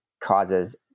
causes